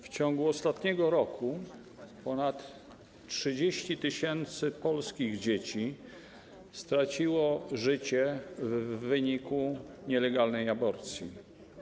W ciągu ostatniego roku ponad 30 tys. polskich dzieci straciło życie w wyniku nielegalnej aborcji.